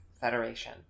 federation